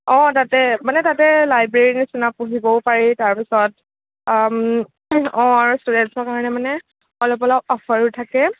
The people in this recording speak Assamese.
অ তাতে মানে তাতে লাইব্ৰেৰীৰ নিচিনা পঢ়িবও পাৰি তাৰপিছত অ আৰু ষ্টুডেণ্টচৰ কাৰণে মানে অলপ অলপ অ'ফাৰো থাকে